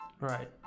Right